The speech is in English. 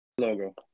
logo